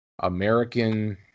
American